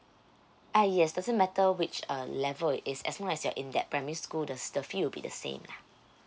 uh yes doesn't matter which uh level it is as long as you're in that primary school the the fee will be same lah